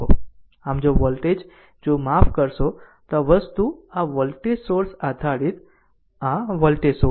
આમ જો વોલ્ટ જો r માફ કરશો તો આ વસ્તુ આ વોલ્ટેજ સોર્સ આધારિત આ વોલ્ટેજ સોર્સ છે